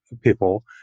people